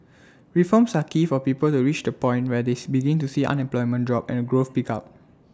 reforms are key for people to reach the point where these begin to see unemployment drop and growth pick up